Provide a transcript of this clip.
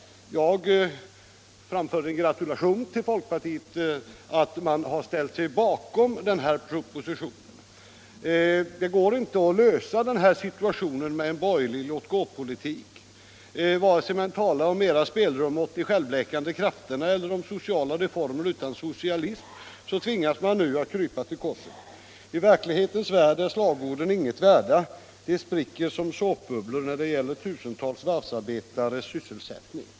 Jag framförde en gratulation till folkpartiet att man har ställt sig bakom den här propositionen. Det går inte att klara denna situation med en borgerlig låt-gå-politik. Vare sig man talar om mera spelrum åt de självläkande krafterna eller om sociala reformer utan socialism tvingas man nu krypa till korset. I verklighetens värld är slagorden inget värda. De spricker som såpbubblor, när det gäller tusentals varvsarbetares sysselsättning.